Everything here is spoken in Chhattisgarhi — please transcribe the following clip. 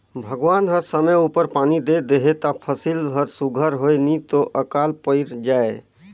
भगवान हर समे उपर पानी दे देहे ता फसिल हर सुग्घर होए नी तो अकाल पइर जाए